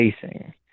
facing